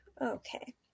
Okay